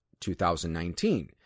2019